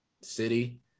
city